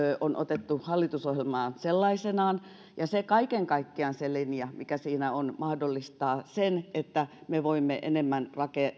on otettu hallitusohjelmaan sellaisenaan ja kaiken kaikkiaan se linja mikä siinä on mahdollistaa sen että me voimme enemmän